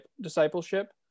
discipleship